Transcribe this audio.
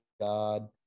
God